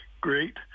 great